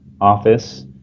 office